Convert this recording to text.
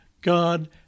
God